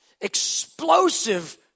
explosive